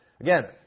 Again